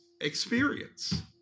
experience